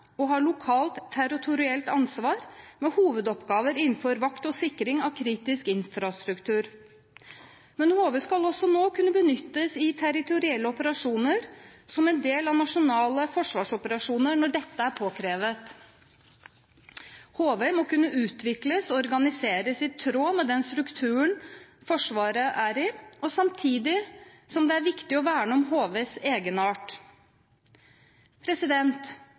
og ha lokalt territorielt ansvar med hovedoppgaver innenfor vakt og sikring av kritisk infrastruktur, men HV skal også nå kunne benyttes i territorielle operasjoner som en del av nasjonale forsvarsoperasjoner når dette er påkrevet. HV må kunne utvikles og organiseres i tråd med strukturen i Forsvaret, samtidig som det er viktig å verne om HVs